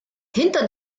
hinter